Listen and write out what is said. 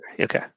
Okay